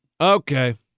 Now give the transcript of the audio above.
Okay